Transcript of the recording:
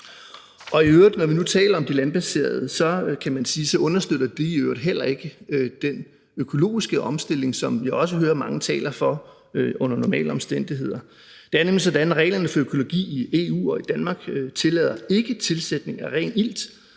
Og når vi nu taler om de landbaserede, kan man sige, at de jo i øvrigt heller ikke understøtter den økologiske omstilling, som vi også hører at mange taler for under normale omstændigheder. Det er nemlig sådan, at reglerne for økologi i EU og i Danmark ikke tillader tilsætning af ren ilt,